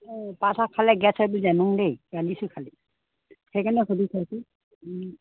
পাতশাক খালে গেছ হৈ যায় ন দেই কান্দিছোঁ খালি সেইকাৰণে সুধি চাইছোঁ